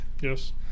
Yes